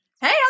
Hey